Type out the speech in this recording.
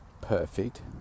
perfect